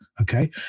okay